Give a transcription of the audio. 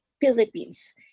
philippines